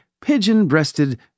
pigeon-breasted